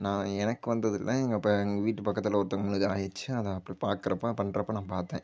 நான் எனக்கு வந்தது இல்லை எங்கள் ப எங்கள் வீட்டு பக்கத்தில் ஒருத்தவங்களுக்கு ஆயிடுச்சு அதை அப்படி பார்க்குறப்ப பண்ணுறப்ப நான் பார்த்தேன்